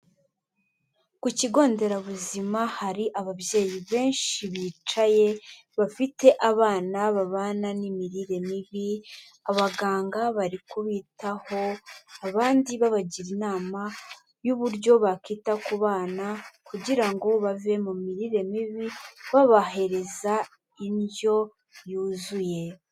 Ku kigo nderabuzima hari ababyeyi benshi bicaye bafite abana babana n'imirire mibi, abaganga bari kubitaho, abandi babagira inama y'uburyo bakita ku bana kugira ngo bave mu mirire mibi, babahereza indyo yuzuye.